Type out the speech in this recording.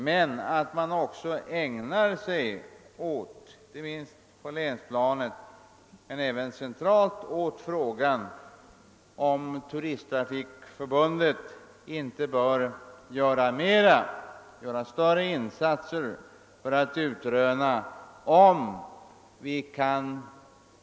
Lika viktigt är emellertid att man både på länsplanet och centralt ägnar sig åt frågan om förbättrade kommunikationer för turisterna.